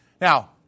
Now